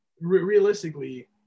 realistically